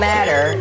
Matter